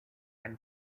and